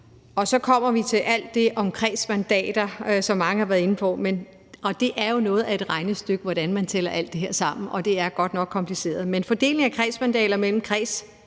Og så kommer vi til alt det om kredsmandater, som mange har været inde på, og det er jo noget af et regnestykke, hvordan man tæller alt det sammen; det er godt nok kompliceret. Men fordelingen af kredsmandater mellem storkredsene